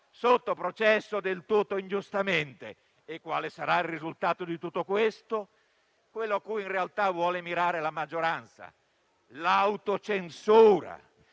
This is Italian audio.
sotto processo del tutto ingiustamente. Il risultato di tutto questo sarà quello a cui, in realtà, vuole mirare la maggioranza: l'autocensura.